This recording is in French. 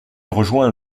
rejoint